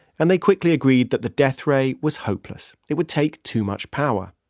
and they quickly agreed that the death ray was hopeless it would take too much power.